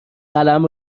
قلم